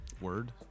Word